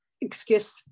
excuse